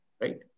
Right